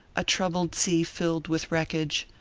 a troubled sea filled with wreckage,